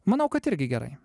manau kad irgi gerai